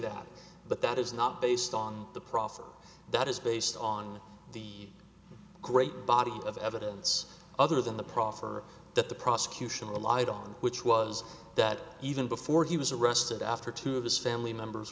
that but that is not based on the profit that is based on the great body of evidence other than the proffer that the prosecution of the lied on which was that even before he was arrested after two of his family members